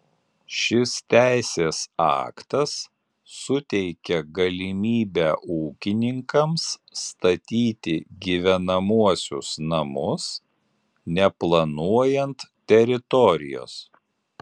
šis teisės aktas suteikia galimybę ūkininkams statyti gyvenamuosius namus neplanuojant teritorijos